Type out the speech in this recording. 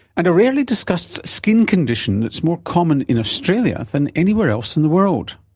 and a rarely discussed skin condition that's more common in australia than anywhere else in the world.